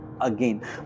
again